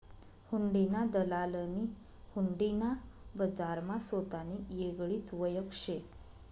हुंडीना दलालनी हुंडी ना बजारमा सोतानी येगळीच वयख शे